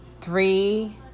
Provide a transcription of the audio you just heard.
three